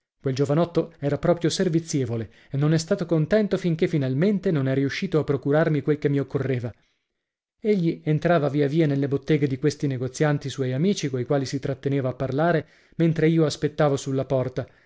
quel giovanotto era proprio servizievole e non è stato contento finché finalmente non è riuscito a procurarmi quel che mi occorreva egli entrava via via nelle botteghe di questi negozianti suoi amici coi quali si tratteneva a parlare mentre io aspettavo sulla porta